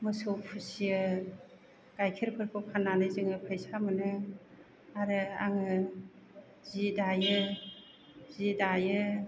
मोसौ फिसियो गायखेरफोरखौ फान्नानै जोङो फैसा मोनो आरो आङो जि दायो जि दायो